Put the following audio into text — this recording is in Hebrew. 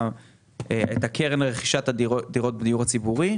את קרן רכישת הדירות בדיור הציבורי.